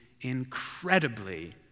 incredibly